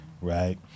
right